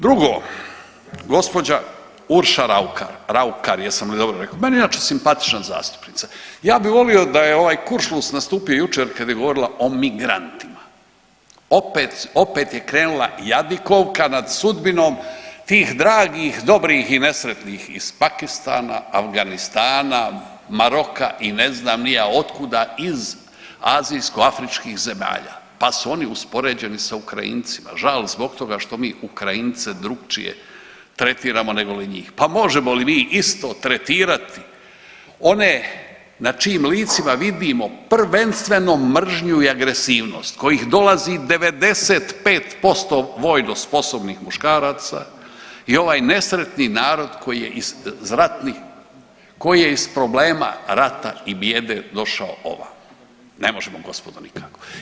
Drugo, gđa. Urša Raukar, Raukar, jesam li dobro rekao, meni inače simpatična zastupnica i ja bi volio da je ovaj kuršlus nastupio jučer kad je govorila o migrantima, opet, opet je krenula jadikovka nad sudbinom tih dragih dobrih i nesretnih iz Pakistana, Afganistana, Maroka i ne znam ni ja otkuda, iz azijsko afričkih zemalja, pa su oni uspoređeni sa Ukrajincima, žal zbog toga što mi Ukrajince drukčije tretiramo negoli njih, pa možemo li mi isto tretirati one na čijim licima vidimo prvenstveno mržnju i agresivnost kojih dolazi 95% vojno sposobnih muškaraca i ovaj nesretni narod koji je iz ratnih, koji je iz problema rata i bijede došao ovamo, ne možemo gospodo nikako.